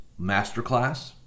masterclass